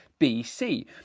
BC